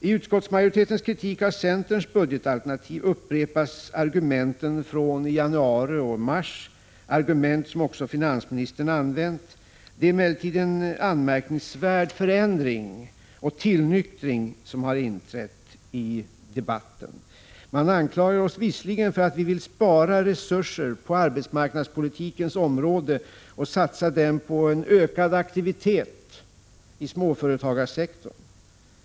I utskottsmajoritetens kritik av centerns budgetalternativ upprepas argumenten från januari och mars. Det är argument som också finansministern använt. Det är emellertid en anmärkningsvärd förändring och tillnyktring som inträtt i debatten. Man anklagar oss visserligen för att vi vill spara resurser på arbetsmarknadspolitikens område och i stället satsa dem på en ökad aktivitet i småföretagarsektorn.